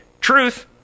Truth